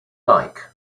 like